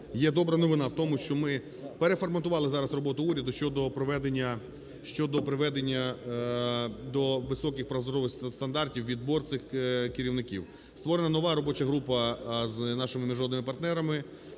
є добра новина в тому, що ми переформатували зараз роботу уряду щодо приведення до високих прозорих стандартів відбір цих керівників. Створена нова робоча група з нашими міжнародними партнерами